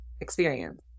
experience